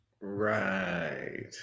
Right